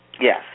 Yes